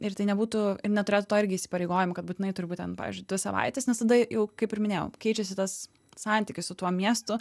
ir tai nebūtų ir neturėtų to irgi įsipareigojimo kad būtinai turi būt ten pavyzdžiui dvi savaites nes tada jau kaip ir minėjau keičiasi tas santykis su tuo miestu